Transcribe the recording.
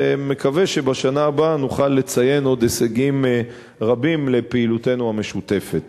ומקווה שבשנה הבאה נוכל לציין עוד הישגים רבים לפעולתנו המשותפת.